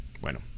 Bueno